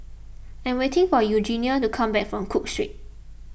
I am waiting for Eugenie to come back from Cook Street